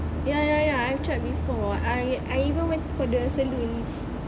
ya ya ya I tried before I I even went for the salon